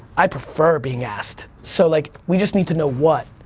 i prefer being asked, so like we just need to know what,